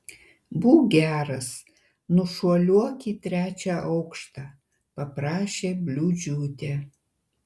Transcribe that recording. būk geras nušuoliuok į trečią aukštą paprašė bliūdžiūtė